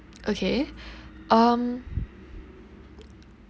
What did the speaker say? okay um